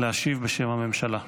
להשיב בשם הממשלה.